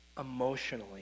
emotionally